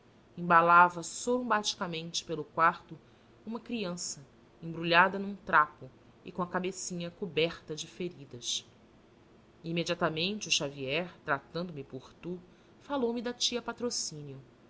embalava sorumbaticamente pelo quarto uma criança embrulhada num trapo e com a cabecinha coberta de feridas imediatamente o xavier tratando-me por tu faiou me da tia patrocínio